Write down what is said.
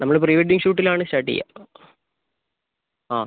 നമ്മൾ പ്രീവെഡിങ്ങ് ഷൂട്ടിലാണ് സ്റ്റാർട്ട് ചെയ്യുക ആ